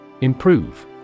Improve